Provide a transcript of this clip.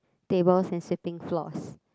tables and sweeping floors